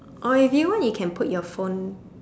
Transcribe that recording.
oh do you want you can put your phone